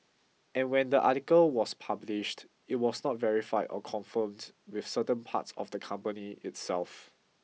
and when the article was published it was not verified or confirmed with certain parts of the company itself